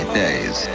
days